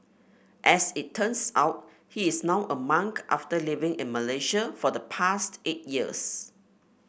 as it turns out he is now a monk after living in Malaysia for the past eight years